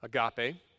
Agape